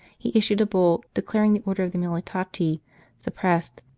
he issued a bull declaring the order of the umiliati suppressed,